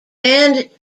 band